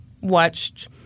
watched